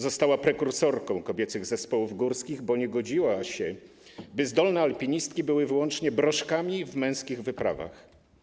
Została prekursorką kobiecych zespołów górskich, bo nie godziła się, by zdolne alpinistki były wyłącznie broszkami w męskich wyprawach.